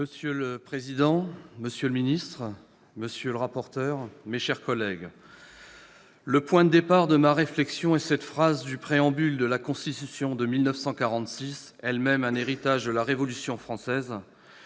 Monsieur le président, monsieur le ministre d'État, monsieur le rapporteur, mes chers collègues, le point de départ de ma réflexion est cette phrase du préambule de la Constitution de 1946, elle-même héritée de la Révolution française